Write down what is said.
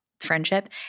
friendship